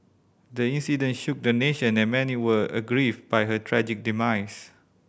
the incident shook the nation and many were aggrieved by her tragic demise